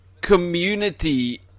community